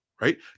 right